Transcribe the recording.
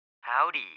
Howdy